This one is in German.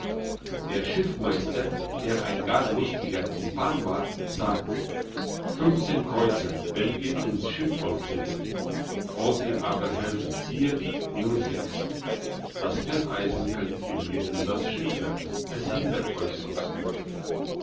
der schiffmeister der ein gar lustiger kumpan war sagte fünfzehn kreuzer wenn ihr in's schiff wollt sitzen wollt ihr aber helfen ziehen nur sechs das felleisen könnt ihr mir in das schiff werfen es hindert euch sonst nur